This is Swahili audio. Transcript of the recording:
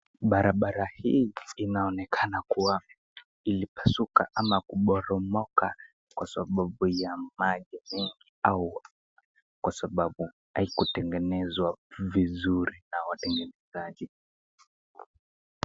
Barabara hii inaonekana kuwa ilipasuka ama kuporomoka kwa sababu ya maji mingi au kwa sababu haikutengenezwa vizuri na watengenezaji.